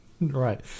right